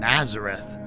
Nazareth